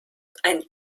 ein